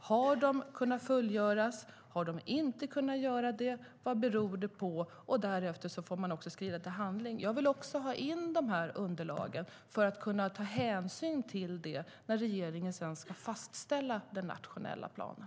Har de kunnat fullgöras, har de inte det och vad beror det på? Därefter får man skrida till handling. Jag vill ha in dessa underlag för att kunna ta hänsyn till dem när regeringen ska fastställa den nationella planen.